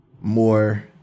more